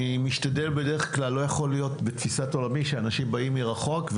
אני משתדל בדרך כלל שכשאנשים באים מרחוק,